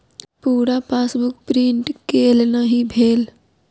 पूरा passbook print केल नहि भेल